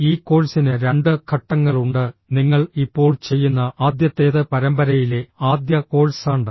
ഈ കോഴ്സിന് രണ്ട് ഘട്ടങ്ങളുണ്ട് നിങ്ങൾ ഇപ്പോൾ ചെയ്യുന്ന ആദ്യത്തേത് പരമ്പരയിലെ ആദ്യ കോഴ്സാണ്